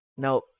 No